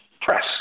press